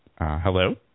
Hello